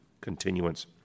continuance